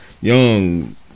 young